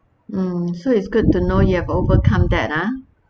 mm so it's good to know you have overcome that ah